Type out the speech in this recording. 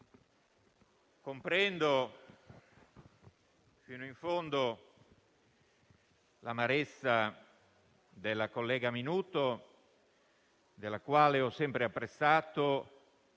comprendo fino in fondo l'amarezza della collega Minuto, della quale ho sempre apprezzato